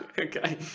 Okay